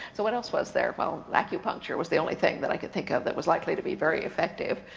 so what else was there? well, acupuncture was the only thing that i could think of that was likely to be very effective,